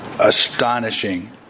astonishing